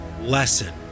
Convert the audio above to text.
lesson